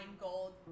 gold